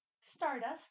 Stardust